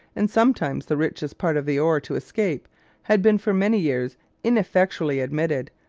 and sometimes the richest, parts of the ore to escape had been for many years ineffectually admitted,